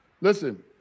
listen